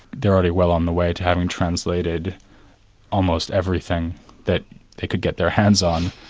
they're already well on the way to having translated almost everything that they could get their hands on,